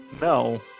No